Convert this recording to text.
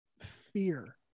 fear